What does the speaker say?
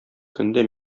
көндә